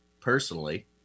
personally